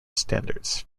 standards